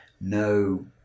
no